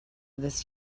this